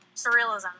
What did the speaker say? surrealism